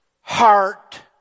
heart